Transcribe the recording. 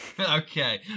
Okay